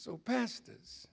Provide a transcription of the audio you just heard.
so pastors